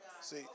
See